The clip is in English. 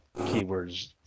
keywords